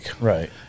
Right